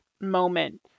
moment